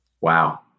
Wow